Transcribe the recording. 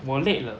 我 late 了